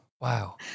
Wow